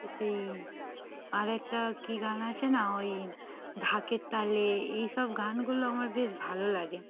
সেই আর একটা কী গান আছে না ওই ঢাকের তালে এই সব গানগুলো আমার বেশ ভালো লাগে